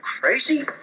Crazy